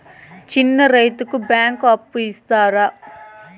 చిన్న రైతుకు బ్యాంకు అప్పు ఇస్తారా?